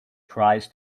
tries